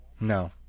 No